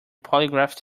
polygraph